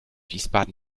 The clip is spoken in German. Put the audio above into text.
wiesbaden